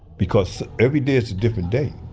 because every day is a different day.